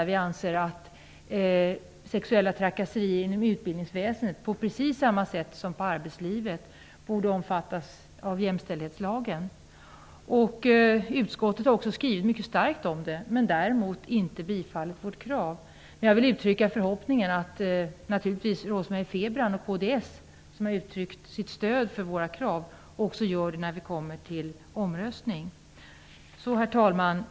Vi anser att sexuella trakasserier inom utbildningsväsendet på precis samma sätt som i arbetslivet borde omfattas av jämställdhetslagen. Utskottet har också gjort en stark skrivning om detta men däremot inte bifallit vårt krav. Jag vill uttrycka förhoppningen att Rose-Marie Frebran och kds, som har uttryckt sitt stöd för våra krav, också stödjer oss när vi kommer till omröstning. Herr talman!